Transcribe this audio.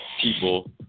people